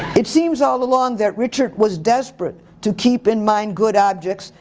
it seems all along that richard was desperate to keep in mind good objects.